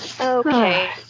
okay